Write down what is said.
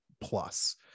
plus